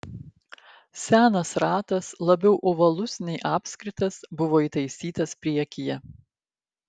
senas ratas labiau ovalus nei apskritas buvo įtaisytas priekyje